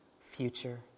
Future